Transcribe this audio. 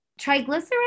Triglycerides